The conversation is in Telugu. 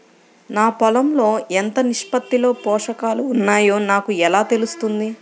నా పొలం లో ఎంత నిష్పత్తిలో పోషకాలు వున్నాయో నాకు ఎలా తెలుస్తుంది?